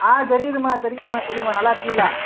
ஆ தெரியுதும்மா தெரியுதும்மா சொல்லும்மா நல்லா இருக்கீகளா